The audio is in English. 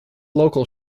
local